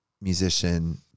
musician